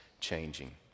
changing